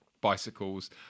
bicycles